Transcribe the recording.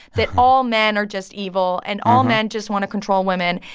that all men are just evil, and all men just want to control women,